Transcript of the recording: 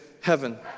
heaven